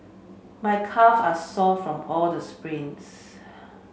my calve are sore from all the sprints